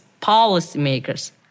policymakers